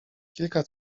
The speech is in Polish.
kilka